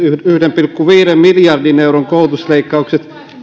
pilkku viiden miljardin euron koulutusleikkaukset